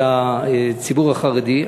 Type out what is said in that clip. של הציבור החרדי.